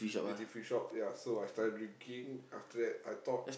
duty free shop ya so I started drinking after that I thought